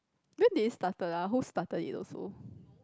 when did it started ah who started it also